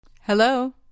Hello